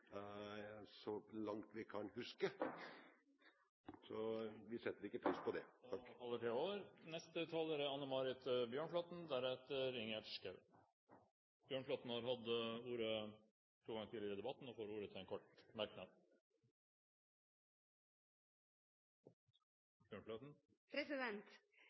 så langt vi kan huske – setter vi ikke pris på det. Anne Marit Bjørnflaten har hatt ordet to ganger tidligere i debatten og får ordet til en kort merknad,